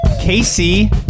Casey